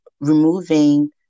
removing